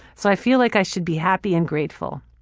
so i feel like i should be happy and grateful.